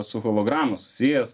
su holograma susijęs